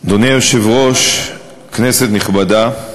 אדוני היושב-ראש, כנסת נכבדה,